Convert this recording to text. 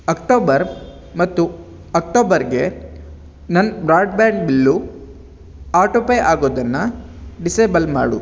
October ಮತ್ತು ಅಕ್ಟೋಬರ್ಗೆ ನನ್ನ ಬ್ರಾಡ್ಬ್ಯಾಂಡ್ ಬಿಲ್ಲು ಆಟೋ ಪೇ ಆಗೋದನ್ನು ಡಿಸೇಬಲ್ ಮಾಡು